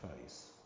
face